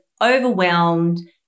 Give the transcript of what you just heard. overwhelmed